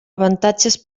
avantatges